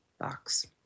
box